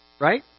right